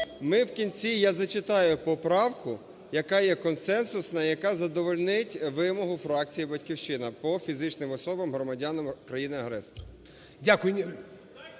ми вкінці, я зачитаю поправку, яка є консенсусною, яка задовольнить вимогу фракції "Батьківщина" по фізичним особам громадянам країни-агресора.